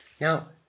Now